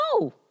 no